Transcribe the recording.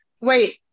Wait